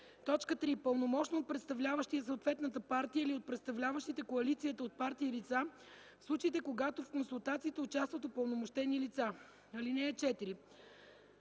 лица; 3. пълномощно от представляващия съответната партия или от представляващите коалицията от партии лица в случаите, когато в консултациите участват упълномощени лица. (4)